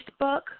Facebook